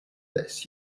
this